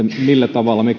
millä tavalla me kehitämme